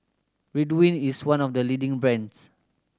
Ridwind is one of the leading brands